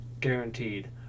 Guaranteed